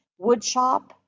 woodshop